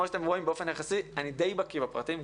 כמו שאתם רואים, באופן יחסי, אני די בקי בפרטים.